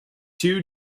two